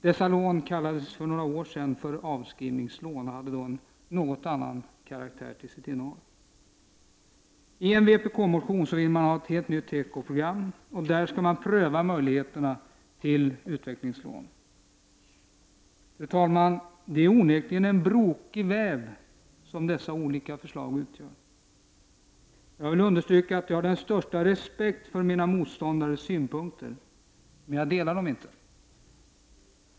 Dessa lån kallades för några år sedan avskrivningslån och hade då något annan karaktär. I en vpk-motion vill motionärerna ha ett helt nytt tekoprogram, och man vill också att möjligheten till utvecklingslån prövas. Fru talman! Det är onekligen en brokig väv som dessa olika förslag utgör. Jag vill understryka att jag har den största respekt för mina motståndares synpunkter, men jag delar dem inte.